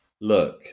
look